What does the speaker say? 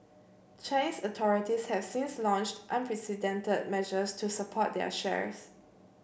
Chinese authorities have since launched unprecedented measures to support their shares